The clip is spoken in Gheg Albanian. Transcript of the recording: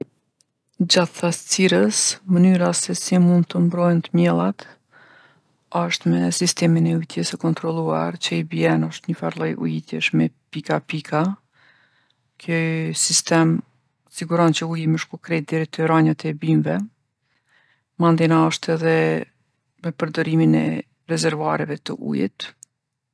Gjatë thatsirës, mënyra se si mund t'mbrohen t'mjellat osht me sistemin e ujitjes së kontrolluar, që i bjen, osht nifar llloj ujitjesh me pika pika. Ky sistem siguron që uji me shku krejt deri te rranjët e bimve. Mandena osht edhe me përdorimin e rezervuareve t'ujit.